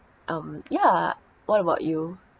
um yeah what about you